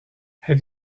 have